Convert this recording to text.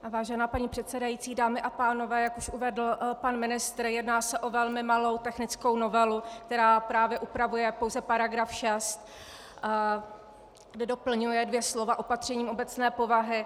Vážená paní předsedající, dámy a pánové, jak už uvedl pan ministr, jedná se o velmi malou technickou novelu, která právě upravuje pouze § 6, kde doplňuje dvě slova opatření obecné povahy.